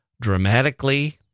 dramatically